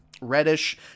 Reddish